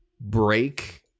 break